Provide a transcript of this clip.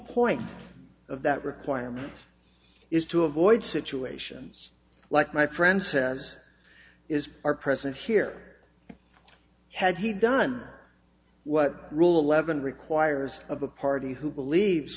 point of that requirement is to avoid situations like my friend says is our president here had he done what rule eleven requires of a party who believes